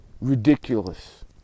ridiculous